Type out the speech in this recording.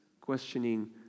questioning